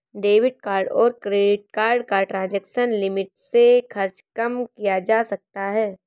debit card और credit card का transaction limit से खर्च कम किया जा सकता है